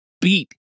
beat